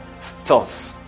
thoughts